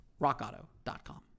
rockauto.com